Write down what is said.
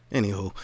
Anywho